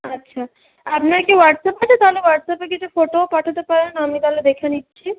আচ্ছা আপনার কি হোয়াটসঅ্যাপ আছে তাহলে হোয়াটস্যাপে কিছু ফোটোও পাঠাতে পারেন আমি তাহলে দেখে নিচ্ছি